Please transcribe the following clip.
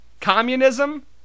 communism